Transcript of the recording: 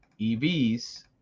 EVs